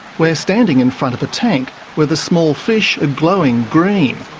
we're standing in front of a tank where the small fish are glowing green,